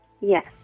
Yes